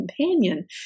companion